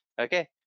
okay